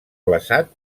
glaçat